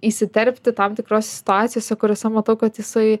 įsiterpti tam tikrose situacijose kuriose matau kad jisai